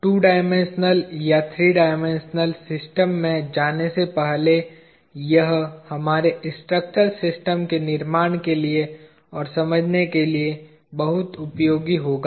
2 dimensional या 3 dimensional system में जाने से पहले यह हमारे स्ट्रक्चरल सिस्टम के निर्माण के लिए और समझने के लिए बहुत उपयोगी होगा